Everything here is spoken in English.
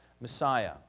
Messiah